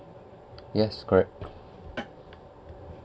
yes correct